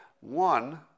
One